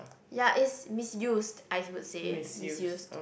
ya is misused I would say misused